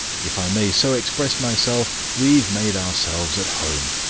if i may so express myself, we've made ourselves at home.